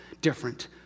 different